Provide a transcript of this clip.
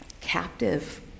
captive